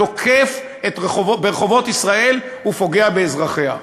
תוקף ברחובות ישראל ופוגע באזרחיה.